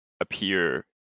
appear